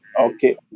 Okay